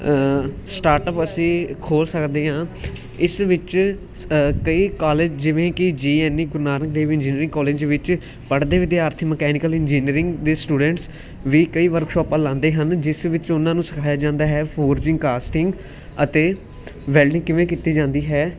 startup ਅਸੀਂ ਖੋਲ੍ਹ ਸਕਦੇ ਹਾਂ ਇਸ ਵਿੱਚ ਸ ਕਈ ਕਾਲਜ ਜਿਵੇਂ ਕਿ G N U Guru Nanak Dev engineering college ਵਿੱਚ ਪੜ੍ਹਦੇ ਵਿਦਿਆਰਥੀ ਮਕੈਨਿਕਲ ਇੰਜੀਨੀਅਰਿੰਗ ਦੇ ਸਟੂਡੈਂਟਸ ਵੀ ਕਈ ਵਰਕਸ਼ੋਪਾਂ ਲਾਉਂਦੇ ਹਨ ਜਿਸ ਵਿੱਚ ਉਹਨਾਂ ਨੂੰ ਸਿਖਾਇਆ ਜਾਂਦਾ ਹੈ ਫੌਰਜਿੰਗ ਕਾਸਟਿੰਗ ਅਤੇ ਵੈਲਡਿੰਗ ਕਿਵੇਂ ਕੀਤੀ ਜਾਂਦੀ ਹੈ